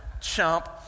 chump